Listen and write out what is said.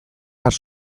behar